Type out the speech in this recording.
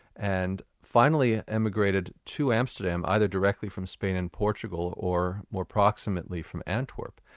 and finally emigrated to amsterdam, either directly from spain and portugal, or more proximately, from antwerp.